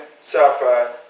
sapphire